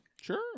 Sure